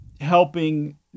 helping